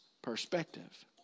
Perspective